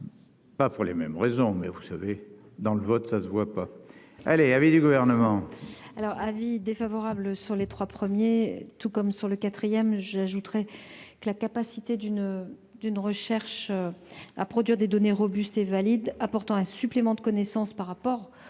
Pas pour les mêmes raisons, mais vous savez dans le vote, ça se voit pas, elle avait du gouvernement. Alors avis défavorable sur les 3 premiers, tout comme sur le 4ème j'ajouterai que la capacité d'une d'une recherche à produire des données robustes et valide, apportant un supplément de connaissance par rapport